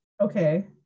okay